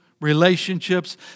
relationships